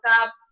up